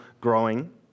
growing